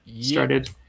started